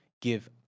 give